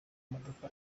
modoka